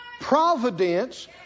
providence